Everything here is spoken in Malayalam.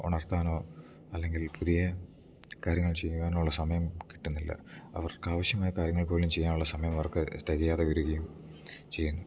ഉണർത്താനോ അല്ലെങ്കിൽ പുതിയ കാര്യങ്ങൾ ചെയ്യുവാനോ ഉള്ള സമയം കിട്ടുന്നില്ല അവർക്ക് ആവശ്യമായ കാര്യങ്ങൾ പോലും ചെയ്യാൻ ഉള്ള സമയം അവർക്ക് തികയാതെ വരുകയും ചെയ്യുന്നു